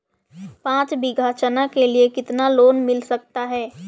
पाँच बीघा चना के लिए कितना लोन मिल सकता है?